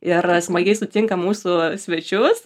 ir smagiai sutinka mūsų svečius